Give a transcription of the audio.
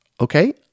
okay